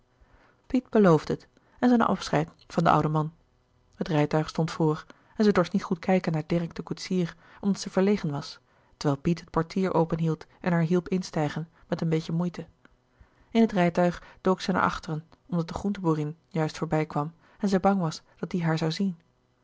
beloofde het en zij nam afscheid van den ouden man het rijtuig stond voor en zij dorst niet goed kijken naar dirk den koetsier omdat zij verlegen was terwijl piet het portier openhield en haar hielp instijgen met een beetje moeite in het rijtuig dook zij naar achteren omdat de groenteboerin juist voorbij kwam en zij bang was dat die haar zoû zien